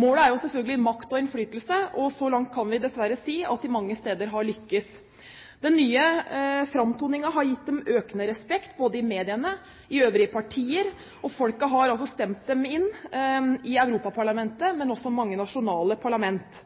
Målet er selvfølgelig makt og innflytelse. Så langt kan vi dessverre si at de mange steder har lyktes. Den nye framtoningen har gitt dem økende respekt både i mediene og i øvrige partier, og folket har altså stemt dem inn i Europaparlamentet og også i mange nasjonale parlament.